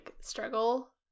struggle